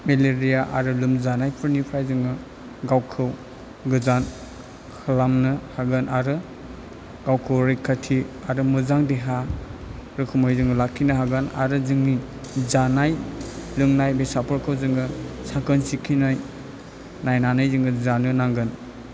malaria आरो लोमजानायफोरनिफ्राय जोङो गावखौ गोजान खालामनो हागोन आरो गावखौ रैखाथि आरो मोजां देहा रोखोमै जोङो लाखिनो हागोन आरो जोंनि जानाय लोंनाय बेसादफोरखौ जोङो साखोन सिखोनै नायनानै जोङो जानो नांगोन